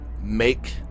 make